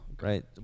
Right